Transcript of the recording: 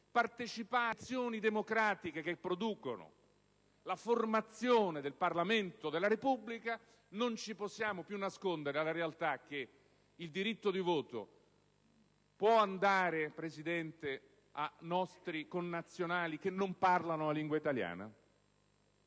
alle elezioni democratiche che deeterminano la formazione del Parlamento della Repubblica. Ma non ci possiamo più nascondere la realtà: il diritto di voto può andare, Presidente, a nostri connazionali che non parlano la lingua italiana?